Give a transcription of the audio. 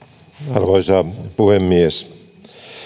arvoisa puhemies